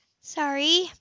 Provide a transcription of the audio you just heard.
Sorry